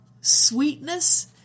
sweetness